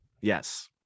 Yes